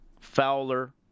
Fowler